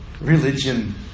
religion